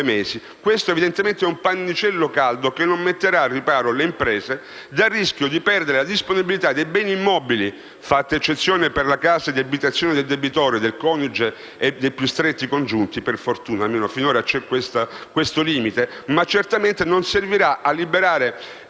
mesi. Questo evidentemente è un pannicello caldo che non metterà le imprese al riparo dal rischio di perdere la disponibilità dei beni immobili, fatta eccezione per la casa di abitazione del debitore, del coniuge e dei più stretti congiunti. Per fortuna, almeno ancora c'è questo limite, ma certamente non servirà a liberare